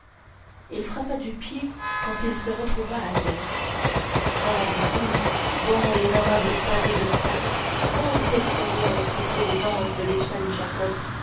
il frappa du pied quand il se retrouva à terre oh dit-il bon et honorable pavé de paris maudit escalier à essouffler les anges de l'échelle jacob